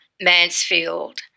Mansfield